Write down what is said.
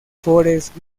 forest